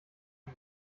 dem